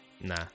nah